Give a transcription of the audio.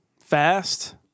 fast